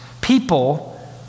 people